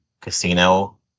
casino